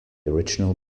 original